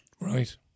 Right